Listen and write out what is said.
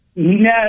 No